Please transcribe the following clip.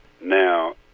Now